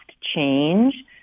change